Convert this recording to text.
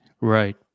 Right